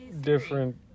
different